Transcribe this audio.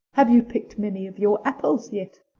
have you picked many of your apples yet?